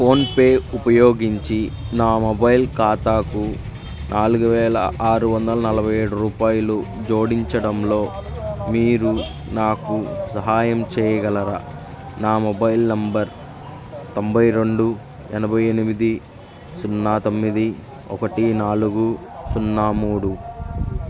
PhonePe ఉపయోగించి నా mobile ఖాతాకు నాలుగు వేల ఆరువందల నలభై ఏడు రూపాయలు జోడించడంలో మీరు నాకు సహాయం చేయగలరా నా మొబైల్ నంబర్ తొంభై రెండు ఎనబై ఎనిమిది సున్న తొమ్మిది ఒకటి నాలుగు సున్నా మూడు